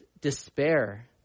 despair